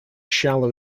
shallow